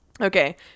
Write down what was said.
Okay